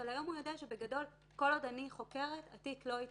אבל היום הוא יודע שבגדול כל עוד אני חוקרת התיק לא יתיישן,